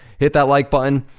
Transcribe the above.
hit that like button.